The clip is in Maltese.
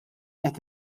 qed